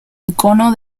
icono